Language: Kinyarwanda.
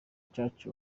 church